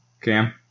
Cam